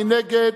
מי נגד?